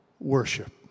Worship